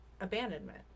abandonment